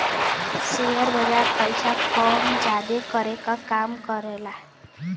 share बाजार पइसा क जादा करे क काम करेला